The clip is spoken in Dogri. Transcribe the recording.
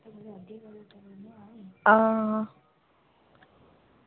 हां